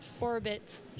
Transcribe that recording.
orbit